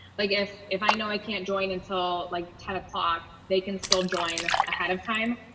like if if i know i can't join until like ten o'clock, they can still join ahead of time.